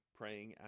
praying